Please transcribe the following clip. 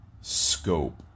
scope